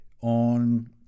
on